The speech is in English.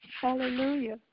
Hallelujah